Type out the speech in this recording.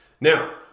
Now